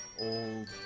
old